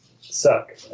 suck